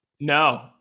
No